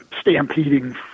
stampeding